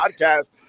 Podcast